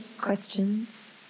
questions